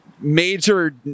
major